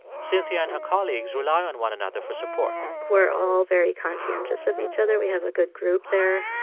cynthia and her colleagues rely on one another for support we're all very conscientious of each other. we have a good group there.